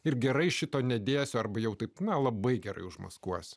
ir gerai šito nedėsiu arba jau taip na labai gerai užmaskuos